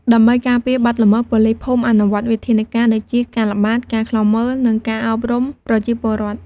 ដើម្បីការពារបទល្មើស ប៉ូលីសភូមិអនុវត្តវិធានការដូចជា ការល្បាត ការឃ្លាំមើល និងការអប់រំប្រជាពលរដ្ឋ។